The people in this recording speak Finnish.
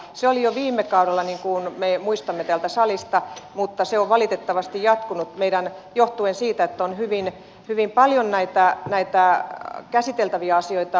se oli jo viime kaudella niin kuin me muistamme täältä salista mutta se on valitettavasti jatkunut johtuen siitä että on hyvin paljon näitä käsiteltäviä asioita